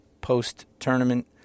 post-tournament